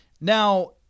Now